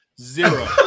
Zero